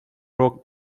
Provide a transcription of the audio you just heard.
рог